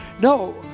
No